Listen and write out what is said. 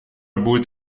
будет